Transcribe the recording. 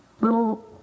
Little